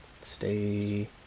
Stay